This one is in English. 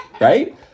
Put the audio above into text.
right